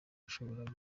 ushobora